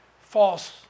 false